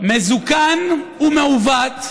מזוקן ומעוות,